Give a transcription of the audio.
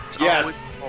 Yes